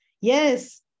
yes